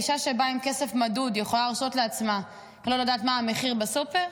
האישה שמגיעה עם כסף מדוד יכולה להרשות לעצמה לא לדעת מה המחיר בסופר?